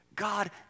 God